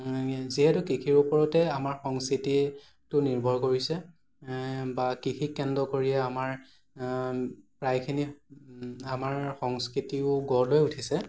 যিহেতু কৃষিৰ ওপৰতে আমাৰ সংস্কৃতিটো নিৰ্ভৰ কৰিছে বা কৃষিক কেন্দ্ৰ কৰিয়ে আমাৰ প্ৰায়খিনি আমাৰ সংস্কৃতিও গঢ় লৈ উঠিছে